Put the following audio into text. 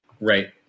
Right